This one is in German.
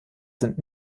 sind